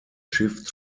schiff